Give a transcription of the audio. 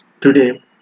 today